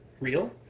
real